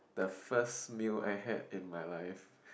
the first meal I had in my life